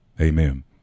Amen